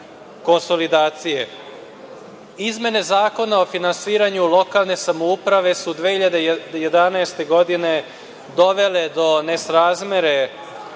Zakona o finansiranju lokalne samouprave su 2011. godine dovele do nesrazmere